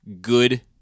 good